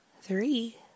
three